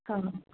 हा